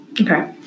Okay